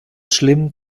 schlimm